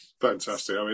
Fantastic